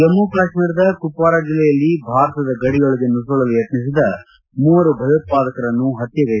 ಜಮ್ನು ಕಾಶ್ಮೀರದ ಕುಪ್ವಾರ ಜಿಲ್ಲೆಯಲ್ಲಿ ಭಾರತದ ಗಡಿಯೊಳಗೆ ನುಸುಳಲು ಯತ್ನಿಸಿದ ಮೂವರು ಭಯೋತ್ಪಾದಕರನ್ನು ಹತ್ತೆಗೈದ ಭಾರತೀಯ ಸೇನೆ